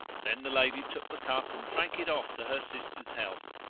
then the lady took the cup, and drank it off to her sisters' health,